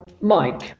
Mike